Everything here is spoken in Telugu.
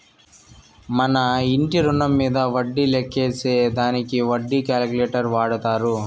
మన ఇంటి రుణం మీంద వడ్డీ లెక్కేసే దానికి వడ్డీ క్యాలిక్యులేటర్ వాడతారు